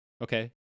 Okay